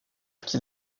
qui